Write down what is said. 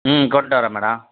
ம் கொண்டுட்டு வரேன் மேடம்